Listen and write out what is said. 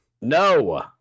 No